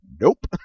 Nope